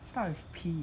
start with P